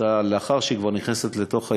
לאחר שהיא כבר נכנסת לתוך האשכול,